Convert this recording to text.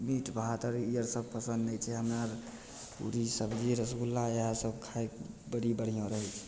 meat भात आओर ई आओर सब नहि छै हमरा आओर पूड़ी सबजी रसगुल्ला इएहसब खाइके बड़ी बढ़िआँ रहै छै